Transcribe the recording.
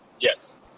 Yes